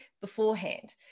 beforehand